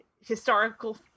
Historical